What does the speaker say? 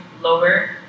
lower